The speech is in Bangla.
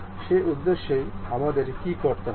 সেই উদ্দেশ্যে আমাদের কি করতেই হবে